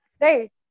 Right